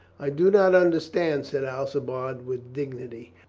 i do not understand, said alcibiade with dig nity.